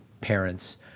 parents